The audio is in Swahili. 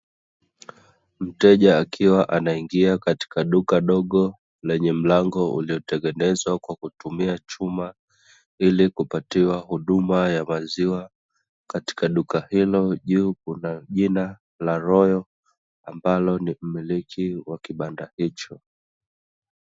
Mteja akiwa anaingia katika duka dogo, lenye mlango uliotengenezwa kwa kutumia chuma, ili kupatiwa huduma ya maziwa, katika duka hilo juu kuna jina la 'ROYAL# ambalo ni mmiliki wa kibanda hicho.